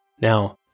Now